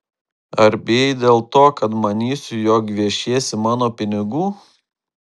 ar bijai dėl to kad manysiu jog gviešiesi mano pinigų